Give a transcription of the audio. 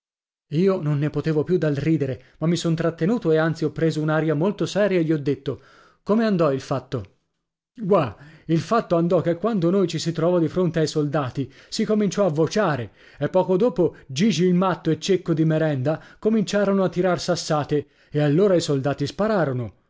io non ne potevo più dal ridere ma mi son trattenuto e anzi ho preso un'aria molto seria e gli ho detto come andò il fatto gua il fatto andò che quando noi ci si trovò di fronte ai soldati si cominciò a vociare e poco dopo gigi il matto e cecco di merenda cominciarono a tirar sassate e allora i soldati spararono